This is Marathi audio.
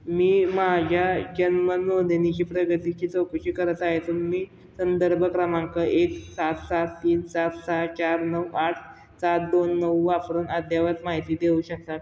मी माझ्या जन्म नोंदणीची प्रगतीची चौकशी करत आहे तुम्ही संदर्भ क्रमांक एक सात सात तीन सात सहा चार नऊ आठ सात दोन नऊ वापरून अद्ययावत माहिती देऊ शकता